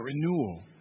renewal